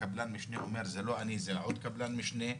הקבלן משנה אומר זה לא אני, זה עוד קבלן משנה.